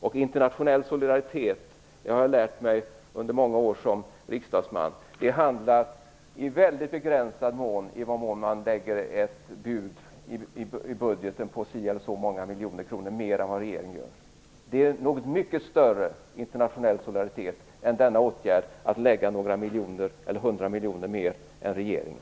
Jag har under många år som riksdagsman lärt mig att det i mycket begränsad mån handlar om huruvida man i budgeten lägger in ett bud som ligger några hundra miljoner kronor högre än regeringens förslag. Internationell solidaritet innebär något mycket större än att kräva några hundra miljoner mer än regeringen.